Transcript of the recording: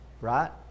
Right